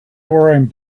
wearing